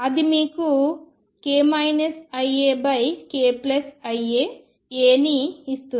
అది మీకు k iαkiα A ని ఇస్తుంది